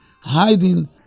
Hiding